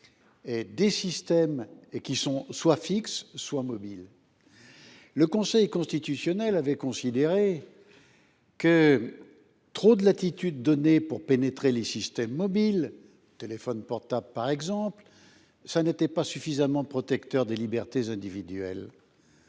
des systèmes qui sont soit fixes, soit mobiles. Le Conseil constitutionnel avait considéré que donner trop de latitude pour pénétrer les systèmes mobiles, par exemple le téléphone portable, n’était pas suffisamment protecteur des libertés individuelles.